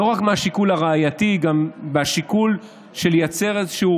לא רק מהשיקול הראייתי אלא גם מהשיקול של לייצר איזושהי